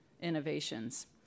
innovations